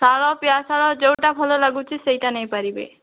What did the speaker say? ସାଳ ପିଆଶାଳ ଯେଉଁଟା ଭଲ ଲାଗୁଛି ସେଟା ନେଇପାରିବେ